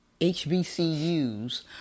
HBCUs